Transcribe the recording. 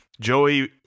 Joey